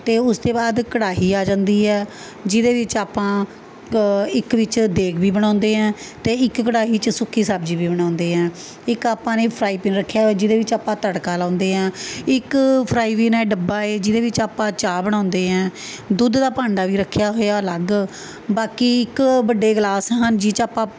ਅਤੇ ਉਸ ਤੇ ਬਾਅਦ ਕੜਾਹੀ ਆ ਜਾਂਦੀ ਹੈ ਜਿਹਦੇ ਵਿੱਚ ਆਪਾਂ ਕ ਇੱਕ ਵਿੱਚ ਦੇਗ ਵੀ ਬਣਾਉਂਦੇ ਹੈ ਅਤੇ ਇੱਕ ਕੜਾਹੀ 'ਚ ਸੁੱਕੀ ਸਬਜ਼ੀ ਵੀ ਬਣਾਉਂਦੇ ਹੈ ਇੱਕ ਆਪਾਂ ਨੇ ਫਰਾਈਪਿਨ ਰੱਖਿਆ ਵਾ ਜਿਹਦੇ ਵਿੱਚ ਆਪਾਂ ਤੜਕਾ ਲਾਉਂਦੇ ਹੈ ਇੱਕ ਫਰਾਈਵਿਨ ਹੈ ਡੱਬਾ ਹੈ ਜਿਹਦੇ ਵਿੱਚ ਆਪਾਂ ਚਾਹ ਬਣਾਉਂਦੇ ਹੈ ਦੁੱਧ ਦਾ ਭਾਂਡਾ ਵੀ ਰੱਖਿਆ ਹੋਇਆ ਅਲੱਗ ਬਾਕੀ ਇੱਕ ਵੱਡੇ ਗਲਾਸ ਹਨ ਜਿਹ 'ਚ ਆਪਾਂ